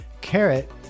Carrot